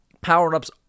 Power-ups